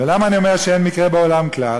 ולמה אני אומר שאין מקרה בעולם כלל?